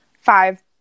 five